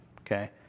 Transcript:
Okay